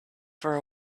for